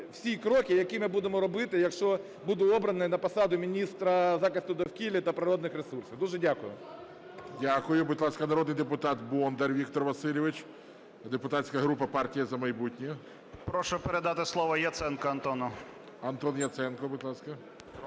усі кроки, які ми будемо робити, якщо буду обраний на посаду міністра захисту довкілля та природних ресурсів. Дуже дякую. ГОЛОВУЮЧИЙ. Дякую. Будь ласка, народний депутат Бондар Віктор Васильович, депутатська група "Партія "За майбутнє". 11:30:40 БОНДАР В.В. Прошу передати слово Яценку Антону. ГОЛОВУЮЧИЙ. Антон Яценко, будь ласка.